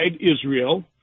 Israel